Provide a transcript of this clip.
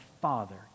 father